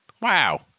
Wow